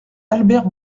albert